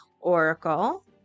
Oracle